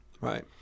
right